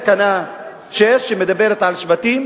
לתקן תקנה 6 לחוק מרשם האוכלוסין,